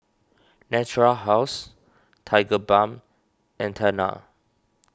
Natura House Tigerbalm and Tena